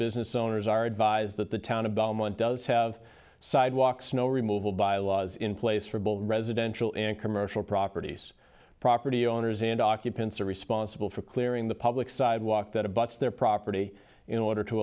business owners are advised that the town of belmont does have sidewalk snow removal bylaws in place for bold residential and commercial properties property owners and occupants are responsible for clearing the public sidewalk that abuts their property in order to